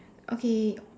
okay